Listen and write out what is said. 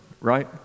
right